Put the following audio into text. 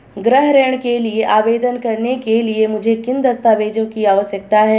गृह ऋण के लिए आवेदन करने के लिए मुझे किन दस्तावेज़ों की आवश्यकता है?